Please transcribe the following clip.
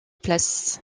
place